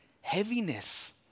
heaviness